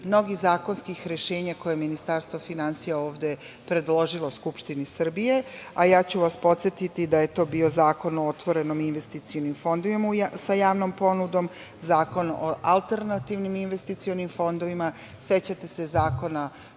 mnogih zakonskih rešenja koje je Ministarstvo finansija ovde predložilo Skupštini Srbije. Ja ću vas podsetiti da je to bio Zakon o otvorenim investicionim fondovima sa javnom ponudom, Zakon o alternativnim investicionim fondovima, sećate se novog